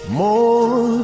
more